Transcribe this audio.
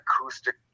acoustic